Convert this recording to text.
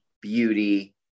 beauty